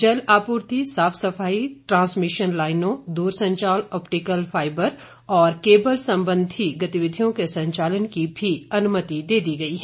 जल आपूर्ति साफ सफाई ट्रांसमिशन लाइनों दूरसंचार आप्टीकल फाइबर और केबल संबंधी गतिविधियों के संचालन की भी अनुमति दे दी गई है